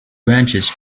branches